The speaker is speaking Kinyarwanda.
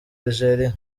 algeria